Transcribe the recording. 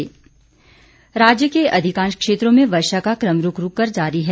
मौसम राज्य के अधिकांश क्षेत्रों में वर्षा का कम रूक रूक कर जारी है